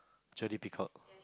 J D Peacock